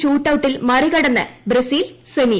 ഷൂട്ടൌട്ടിൽ മറി കടന്ന് ബ്രസീൽ സെമിയിൽ